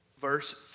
verse